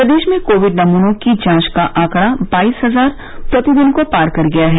प्रदेश में कोविड नमूनों की जांच का आंकड़ा बाईस हजार प्रतिदन को पार कर गया है